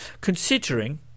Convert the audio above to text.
considering